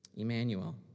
Emmanuel